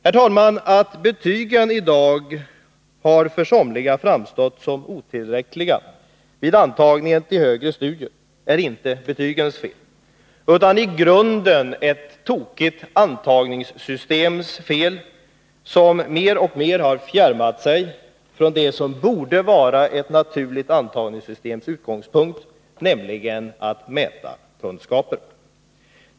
Herr talman! Att betygen i dag för somliga har framstått som otillräckliga vid antagningen till högre studier är inte betygens fel. Det beror på ett i grunden tokigt antagningssystem, som mer och mer har fjärmat sig från det som borde vara ett antagningssystems naturliga utgångspunkt, nämligen att mäta kunskaper.